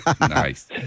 Nice